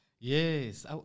Yes